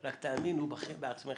רק תאמינו בעצמכם